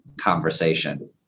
conversation